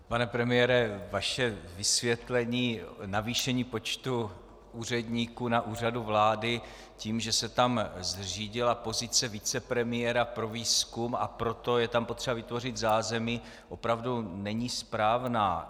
Pane premiére, vaše vysvětlení navýšení počtu úředníků na Úřadu vlády tím, že se tam zřídila pozice vicepremiéra pro výzkum, a proto je tam potřeba vytvořit zázemí, opravdu není správné.